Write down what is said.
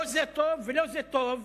לא זה טוב ולא זה טוב.